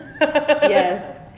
Yes